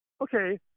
okay